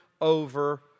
over